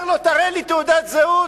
אומר לו: תראה לי תעודת זהות.